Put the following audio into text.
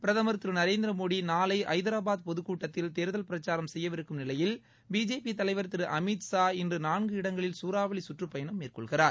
பிரதமா் திருநரேந்திரமோடிநாளைஐதராபாத் பொதுக்கூட்டத்தில் தேர்தல் பிரச்சாரம் செய்யவிருக்கும் நிலையில் பிஜேபிதலைவர் திருஅமித்ஷா இன்றுநான்கு இடங்களில் சூறாவளிகற்றப்பயணம் மேற்கொள்கிறார்